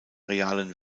realen